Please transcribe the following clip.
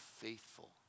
faithful